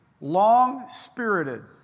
long-spirited